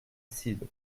sidu